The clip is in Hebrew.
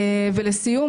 לסיום,